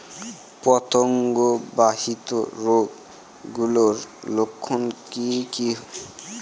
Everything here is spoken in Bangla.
পতঙ্গ বাহিত রোগ গুলির লক্ষণ কি কি?